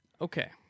Okay